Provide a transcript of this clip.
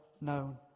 known